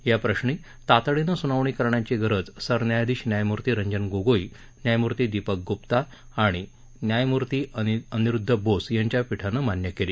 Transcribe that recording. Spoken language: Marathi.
या प्रश्नी तातडीनं स्नावणी करण्याची गरज सरन्यायाधीश न्यायमूर्ती रंजन गोगोई न्यायमूर्ती दीपक ग्र्प्ता आणि न्यायमूर्ती अनिरुद्ध बोस यांच्या पीठानं मान्य केली